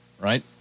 right